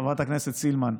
חברת הכנסת סילמן.